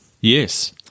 Yes